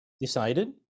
decided